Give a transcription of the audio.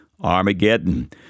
Armageddon